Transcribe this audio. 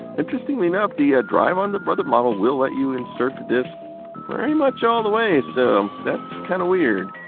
interestingly enough, the drive on the brother model will let you insert the disk pretty much all the way, so that's kind of weird.